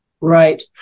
Right